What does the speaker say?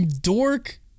Dork